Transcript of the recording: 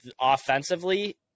offensively